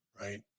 Right